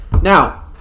Now